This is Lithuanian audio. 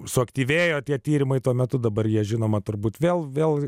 suaktyvėjo tie tyrimai tuo metu dabar jie žinoma turbūt vėl vėl